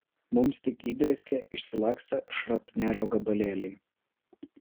mums tik įdrėskė išsilakstę šrapnelio gabalėliai